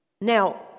Now